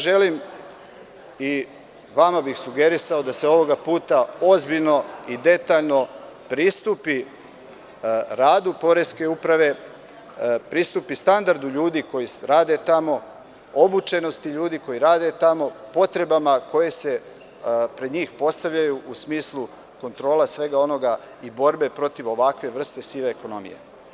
Želim i vama bih sugerisao da se ovog puta ozbiljno i detaljno pristupi radu poreske uprave, istupi standardu ljudi koji tamo rade, obučenosti ljudi, potrebama koje se pred njih postavljaju u smislu kontrole svega onog i borbe protiv ovakve vrste sive ekonomije.